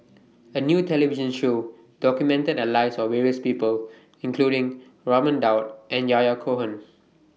A New television Show documented The Lives of various People including Raman Daud and Yahya Cohen